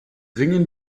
ringen